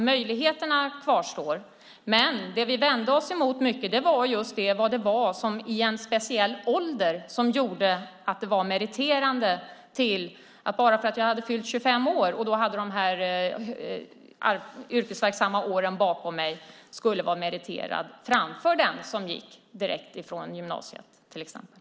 Möjligheterna kvarstår alltså. Det vi vände oss mot var just detta vad det var i en speciell ålder som var meriterande. Bara för att man hade fyllt 25 år och hade de yrkesverksamma åren bakom sig var man alltså meriterad framför den som gick direkt från gymnasiet, till exempel.